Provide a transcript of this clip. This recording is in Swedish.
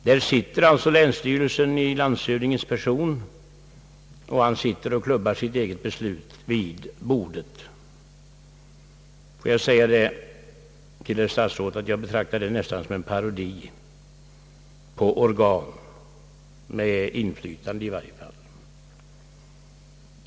Där sitter alltså länsstyrelsen i landshövdingens person, och han klubbar sitt eget beslut vid bordet. Jag vill säga till herr statsrådet att jag betraktar detta nästan som en parodi på organ med i varje fall inflytande.